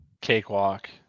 cakewalk